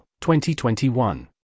2021